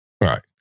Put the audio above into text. Right